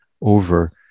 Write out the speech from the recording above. over